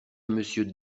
monsieur